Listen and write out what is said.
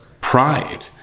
pride